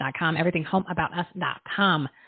everythinghomeaboutus.com